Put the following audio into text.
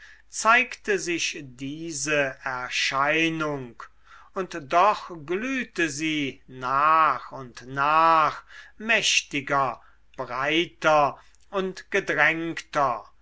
zeigte sich diese erscheinung und doch glühte sie nach und nach mächtiger breiter und gedrängter